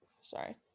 Sorry